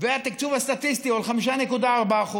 והתקצוב הסטטיסטי הוא 5.4%,